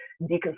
deconstruct